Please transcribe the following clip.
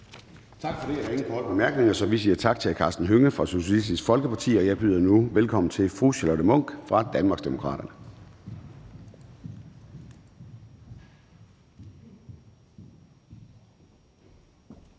Tak for det. Der er ingen korte bemærkninger, så vi siger tak til hr. Karsten Hønge fra Socialistisk Folkeparti. Jeg byder nu velkommen til fru Charlotte Munch fra Danmarksdemokraterne.